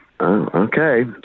Okay